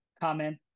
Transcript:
comment